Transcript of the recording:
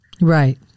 Right